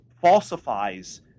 falsifies